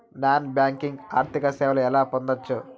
Non banking ఆర్థిక సేవలు ఎలా పొందొచ్చు?